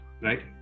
Right